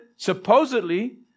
supposedly